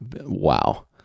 Wow